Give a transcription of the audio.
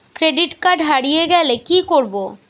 Credit card হারিয়ে গেলে কি করব?